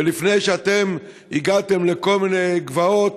ולפני שאתם הגעתם לכל מיני גבעות,